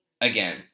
Again